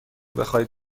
بخواهید